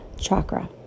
chakra